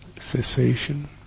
cessation